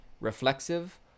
reflexive